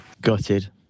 Gutted